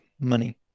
money